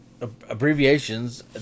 abbreviations